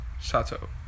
Sato